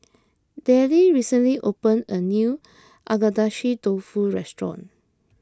Dellie recently opened a new Agedashi Dofu restaurant